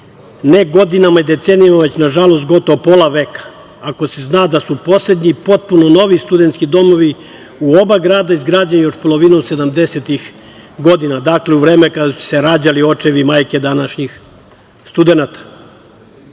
ne godinama i decenijama, već nažalost, gotovo pola veka, ako se zna da su poslednji potpuno novi studenski domovi u oba grada izgrađeni još polovinom 70-ih godina, dakle, u vreme kada su se rađali očevi i majke današnjih studenata. Istina,